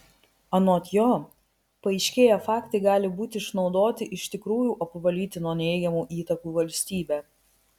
anot jo paaiškėję faktai gali būti išnaudoti iš tikrųjų apvalyti nuo neigiamų įtakų valstybę